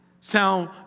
sound